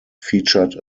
featured